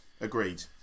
agreed